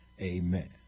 Amen